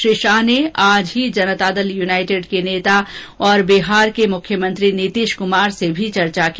श्री शाह ने आज ही जनता दल यूनाइटेड के नेता और बिहार के मुख्यमंत्री नीतिश कुमार से ीी चर्चा की